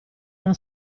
una